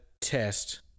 test